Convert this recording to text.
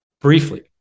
briefly